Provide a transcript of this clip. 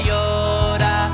Yoda